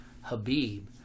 Habib